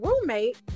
roommate